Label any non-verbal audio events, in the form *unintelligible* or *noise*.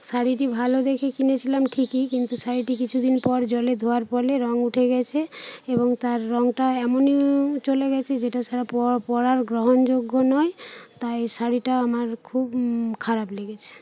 শাড়িটি ভালো দেখে কিনেছিলাম ঠিকই কিন্তু শাড়িটি কিছুদিন পর জলে ধোয়ার ফলে রঙ উঠে গিয়েছে এবং তার রঙটা এমনই চলে গিয়েছে যেটা *unintelligible* পরা পরার গ্রহণযোগ্য নয় তাই শাড়িটা আমার খুব খারাপ লেগেছে